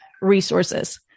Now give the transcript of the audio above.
resources